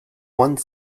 one